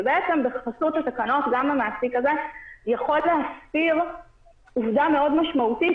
בחסות התקנות גם המעסיק הזה יכול להסתיר עובדה מאוד משמעותית,